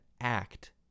act